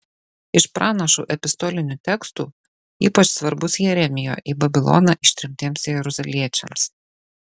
iš pranašų epistolinių tekstų ypač svarbus jeremijo į babiloną ištremtiems jeruzaliečiams